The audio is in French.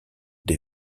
des